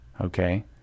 Okay